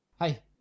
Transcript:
Hi